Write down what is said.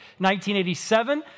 1987